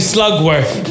Slugworth